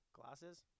glasses